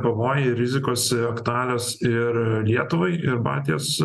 pavojai rizikos aktualios ir lietuvai ir baltijos